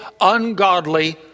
ungodly